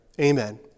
amen